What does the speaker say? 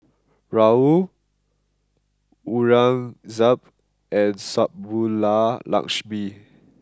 Rahul Aurangzeb and Subbulakshmi